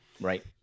Right